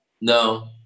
No